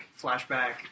flashback